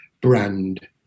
brand